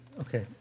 Okay